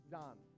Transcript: done